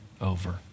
over